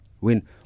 win